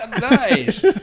Nice